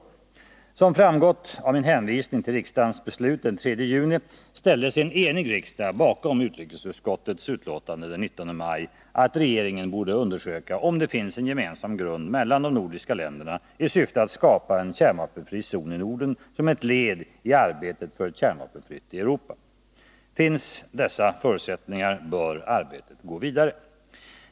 Såsom framgått av min hänvisning till riksdagens beslut den 3 juni ställde sig en enig riksdag bakom utrikesutskottets betänkande av den 19 maj om att regeringen borde undersöka, om det finns en gemensam grund mellan de nordiska länderna i syfte att skapa en kärnvapenfri zon i Norden som ett led i arbetet för ett kärnvapenfritt Europa. Finns dessa förutsättningar bör arbetet gå vidare.